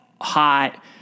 hot